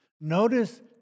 Notice